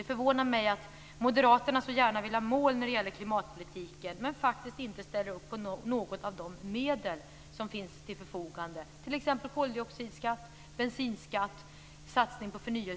Det förvånar mig att Moderaterna så gärna vill ha mål när det gäller klimatpolitiken men inte ställer upp på något av de medel som finns till förfogande, t.ex.